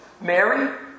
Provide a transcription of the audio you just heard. Mary